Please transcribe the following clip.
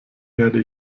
werde